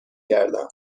گردم